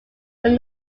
were